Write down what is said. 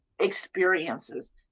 experiences